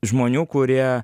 žmonių kurie